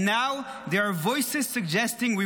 And now there are voices suggesting we